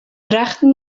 drachten